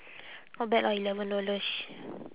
not bad lah eleven dollars